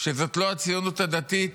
זאת לא הציונות הדתית